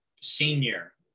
senior